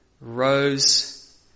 Rose